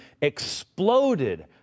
exploded